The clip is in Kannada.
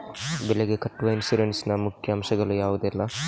ಬೆಳೆಗೆ ಕಟ್ಟುವ ಇನ್ಸೂರೆನ್ಸ್ ನ ಮುಖ್ಯ ಅಂಶ ಗಳು ಯಾವುದೆಲ್ಲ?